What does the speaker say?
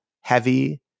heavy